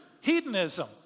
hedonism